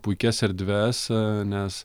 puikias erdves nes